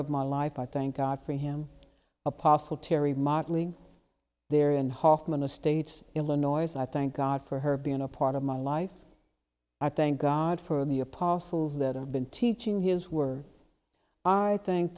of my life i thank god for him apostle terry modeling there in hoffman estates illinois i thank god for her being a part of my life i thank god for the apostles that i've been teaching his were i thank